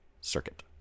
circuit